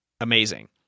amazing